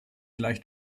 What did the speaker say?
leicht